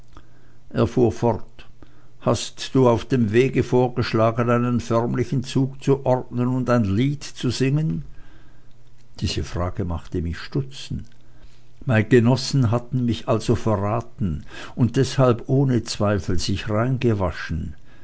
er fuhr fort hast du auf dem wege vorgeschlagen einen förmlichen zug zu ordnen und ein lied zu singen diese frage machte mich stutzen meine genossen hatten also mich verraten und deshalb ohne zweifel sich reingewaschen